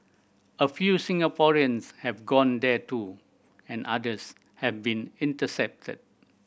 a few Singaporeans have gone there too and others have been intercepted